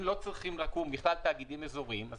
אם לא צריכים לקום בכלל תאגידים אזוריים אז